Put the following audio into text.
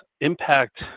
impact